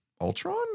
ultron